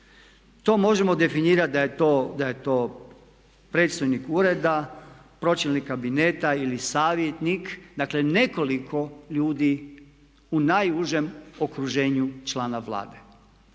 To možemo definirati da je to predstojnik ureda, pročelnik kabineta ili savjetnika, dakle nekoliko ljudi u najužem okruženju člana Vlade.